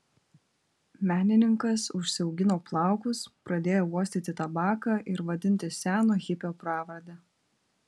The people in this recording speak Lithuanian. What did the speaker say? menininkas užsiaugino plaukus pradėjo uostyti tabaką ir vadintis seno hipio pravarde